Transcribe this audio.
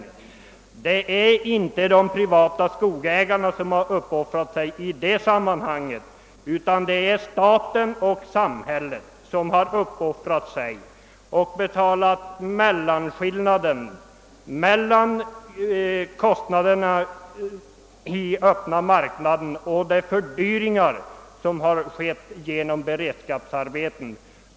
Nej, det är inte de privata skogsägarna som »uppoffrat» sig i detta sammahang, utan staten som betalat mellanskillnaden mellan priserna på den öppna marknaden och de genom beredskapsarbeten ökade priserna.